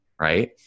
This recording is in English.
right